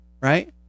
right